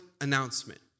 announcement